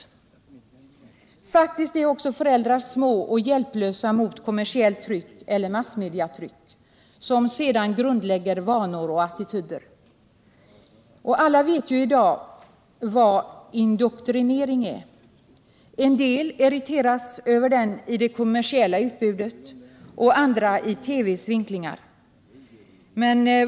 14 april 1978 Faktiskt är också föräldrar små och hjälplösa mot kommersiellt tryck och massmedietryck, som sedan grundlägger vanor och attityder. Alla vet i dag vad indoktrinering är. En del irriteras över den i det kommersiella utbudet, andra i TV:s vinklingar.